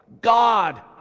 God